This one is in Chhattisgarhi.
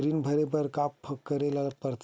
ऋण भरे बर का का करे ला परथे?